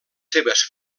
seves